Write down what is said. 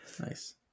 Nice